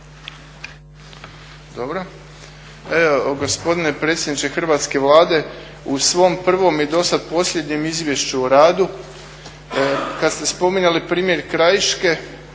(HDSSB)** Gospodine predsjedniče hrvatske Vlade, u svom prvom i do sada posljednjem izvješću o radu kada ste spominjali primjer Krajiške